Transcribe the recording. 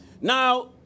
Now